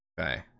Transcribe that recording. Okay